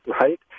Right